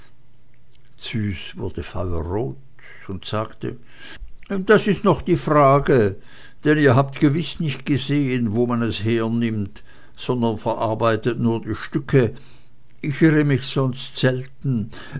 züs wurde feuerrot und sagte das ist noch die frage denn ihr habt gewiß nicht gesehen wo man es hernimmt sondern verarbeitet nur die stücke ich irre mich sonst selten